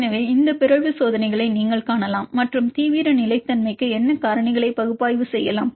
எனவே இந்த பிறழ்வு சோதனைகளை நீங்கள் காணலாம் மற்றும் தீவிர நிலைத்தன்மைக்கு என்ன காரணிகளை பகுப்பாய்வு செய்யலாம்